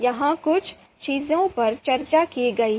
यहां कुछ चीजों पर चर्चा की गई है